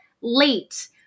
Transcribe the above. late